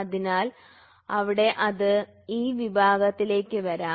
അതിനാൽ അവിടെ അത് ആ വിഭാഗത്തിലേക്ക് വരാം